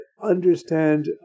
Understand